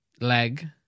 leg